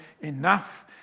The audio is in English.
enough